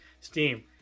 Steam